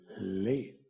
late